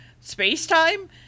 space-time